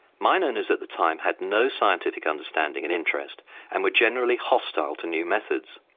mine owners at the time had no scientific understanding and interest and were generally hostile to new methods.